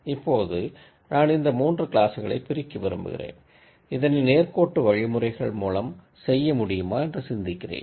இப்போது நான் இந்த 3 கிளாசுகளை பிரிக்க விரும்புகிறேன் இதனை நேர்கோட்டு வழிமுறைகள் மூலம் செய்ய முடியுமா என்று சிந்திக்கிறேன்